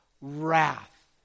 wrath